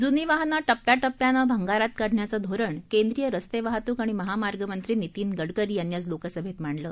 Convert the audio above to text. जुनी वाहनं टप्प्याटप्प्यानं भंगारात काढण्याचं धोरण केंद्रीय रस्ते वाहतूक आणि महामार्ग मंत्री नितीन गडकरी यांनी आज लोकसभेत मांडलं